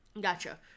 Gotcha